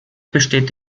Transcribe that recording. besteht